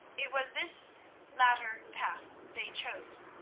it was this latter path they chose,